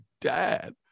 dad